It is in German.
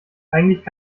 eigentlich